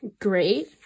great